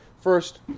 first